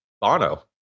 Bono